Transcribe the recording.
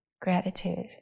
gratitude